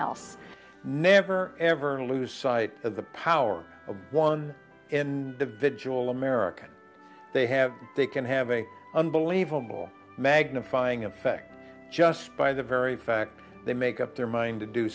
else never ever lose sight of the power of one in the vidual america they have they can have a unbelievable magnifying effect just by the very fact they make up their mind to do